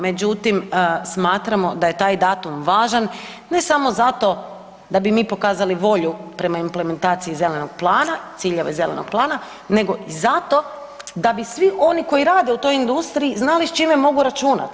Međutim, smatramo da je taj datum važan ne samo zato da bi mi pokazali volju prema implementaciji zelenog plana, ciljeve zelenog plana nego i zato da bi svi oni koji rade u toj industriji znali s čime mogu računati.